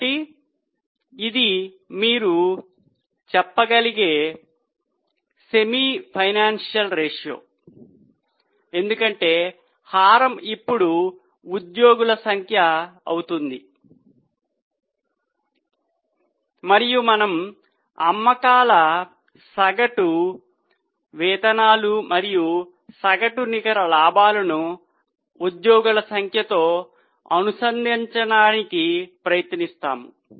కాబట్టి ఇది మీరు చెప్పగలిగే సెమీ ఫైనాన్షియల్ రేషియో ఎందుకంటే హారం ఇప్పుడు ఉద్యోగుల సంఖ్య అవుతుంది మరియు మనము అమ్మకాల సగటు వేతనాలు మరియు సగటు నికర లాభాలను ఉద్యోగుల సంఖ్యతో అనుసంధానించడానికి ప్రయత్నిస్తాము